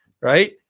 right